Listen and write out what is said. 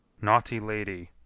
naughty lady,